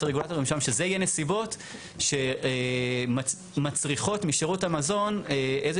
רגולטורים שם - שזה יהיה נסיבות שמצריכות משירות המזון איזה